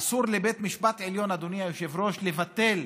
אסור לבית משפט עליון, אדוני היושב-ראש, לבטל